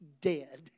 dead